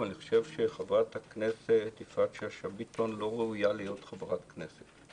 אבל אני חושב שחברת הכנסת יפעת שאשא ביטון לא ראויה להיות חברת כנסת.